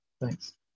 Thanks